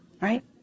right